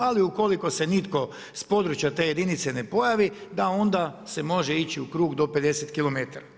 Ali ukoliko se nitko s područja te jedinice ne pojavi, da onda se može ići u krug do 50km.